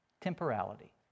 Temporality